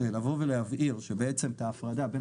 לבוא ולהבהיר שבעצם גם את ההפרדה בין